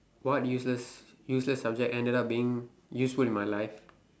what useless useless subject ended up being useful in my life